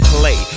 Play